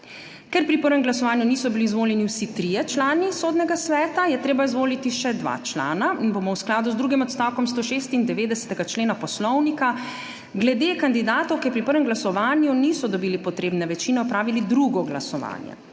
Ker pri prvem glasovanju niso bili izvoljeni vsi trije člani Sodnega sveta, je treba izvoliti še dva člana, in bomo v skladu z drugim odstavkom 196. člena Poslovnika glede kandidatov, ki pri prvem glasovanju niso dobili potrebne večine, opravili drugo glasovanje.